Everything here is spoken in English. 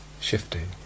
shifting